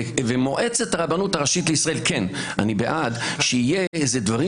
מועצת הרבנות הראשית לישראל אני בעד שיהיו דברים